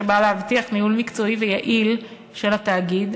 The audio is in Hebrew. שבא להבטיח ניהול מקצועי ויעיל של התאגיד,